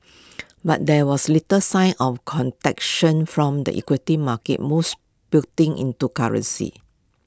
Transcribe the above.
but there was little sign of conduction from the equity market moves building into currencies